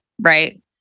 right